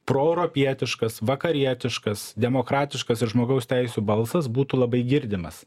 proeuropietiškas vakarietiškas demokratiškas ir žmogaus teisių balsas būtų labai girdimas